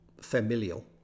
familial